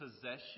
possession